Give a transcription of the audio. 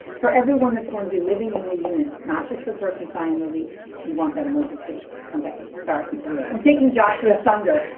for everyone that's going to be living in the unit, not just for the person signing the lease, you want that emergency contact info. sorry, i'm taking joshua's thunder,